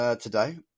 today